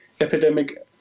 epidemic